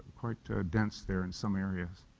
quite dense there in some areas.